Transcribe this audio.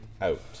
out